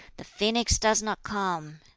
the phoenix does not come!